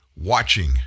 watching